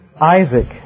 Isaac